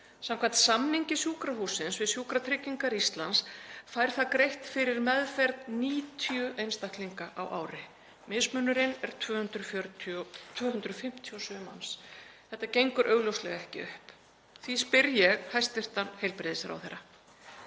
Samkvæmt samningi sjúkrahússins við Sjúkratryggingar Íslands fær það greitt fyrir meðferð 90 einstaklinga á ári. Mismunurinn er 257 manns. Þetta gengur augljóslega ekki upp. Ég spyr því hæstv. heilbrigðisráðherra: